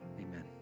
amen